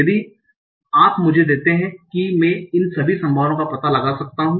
यदि आप मुझे देते हैं कि मैं इन सभी संभावनाओं का पता लगा सकता हूं